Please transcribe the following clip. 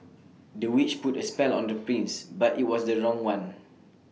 the witch put A spell on the prince but IT was the wrong one